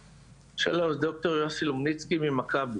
אני ד"ר יוסי לומניצקי, ממכבי.